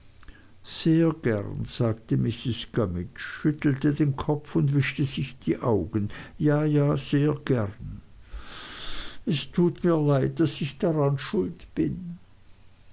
sehr gern sagte mrs gummidge schüttelte den kopf und wischte sich die augen ja ja sehr gern es tut mir leid daß ich dran schuld bin